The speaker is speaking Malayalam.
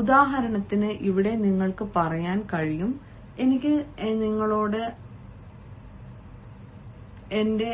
ഉദാഹരണത്തിന് ഇവിടെ നിങ്ങൾക്ക് പറയാൻ കഴിയും എനിക്ക് നിങ്ങളോട് എന്റെ